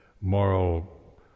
moral